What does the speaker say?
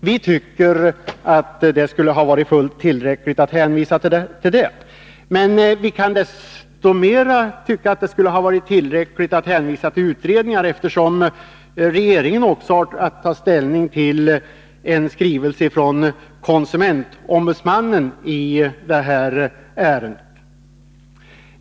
Vi tycker att det skulle ha varit fullt tillräckligt att hänvisa till det. Men vi tycker att det i ännu högre grad skulle ha varit tillräckligt att hänvisa till utredningar, eftersom regeringen i det här ärendet också har att ta ställning till en skrivelse från konsumentombudsmannen.